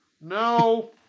No